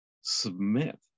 submit